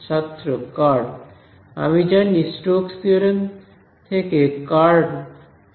ছাত্র কার্ল আমি জানি স্টোক্স থিওরেম থেকে কার্ল লাইন ইন্টিগ্রাল কে পরিবর্তন করে